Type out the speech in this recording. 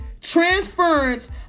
transference